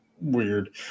weird